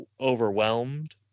overwhelmed